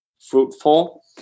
fruitful